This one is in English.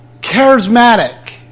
charismatic